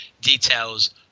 details